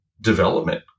development